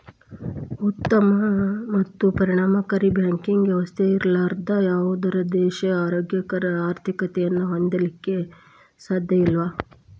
ಉತ್ತಮ ಮತ್ತು ಪರಿಣಾಮಕಾರಿ ಬ್ಯಾಂಕಿಂಗ್ ವ್ಯವಸ್ಥೆ ಇರ್ಲಾರ್ದ ಯಾವುದ ದೇಶಾ ಆರೋಗ್ಯಕರ ಆರ್ಥಿಕತೆಯನ್ನ ಹೊಂದಲಿಕ್ಕೆ ಸಾಧ್ಯಇಲ್ಲಾ